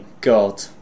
god